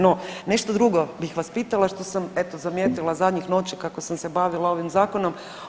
No, nešto drugo bih vas pitala što sam eto zamijetila zadnjih noći kako sam se bavila ovim zakonom.